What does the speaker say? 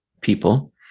people